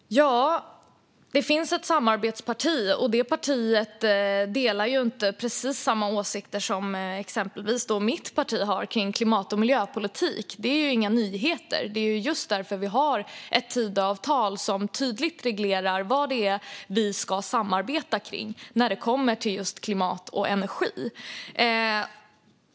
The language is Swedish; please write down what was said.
Fru talman! Ja, det finns ett samarbetsparti, och det partiet delar inte precis samma åsikter som exempelvis mitt parti har om klimat och miljöpolitik. Det är inga nyheter. Det är därför vi har ett Tidöavtal som tydligt reglerar vad vi ska samarbeta kring när det kommer till klimat och energi.